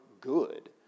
good